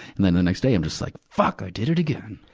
and then the next day, i'm just like fuck, i did it again!